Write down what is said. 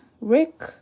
Rick